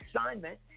assignment